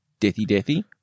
deathy-deathy